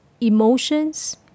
emotions